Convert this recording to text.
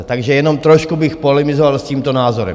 Takže jenom trošku bych polemizoval s tímto názorem.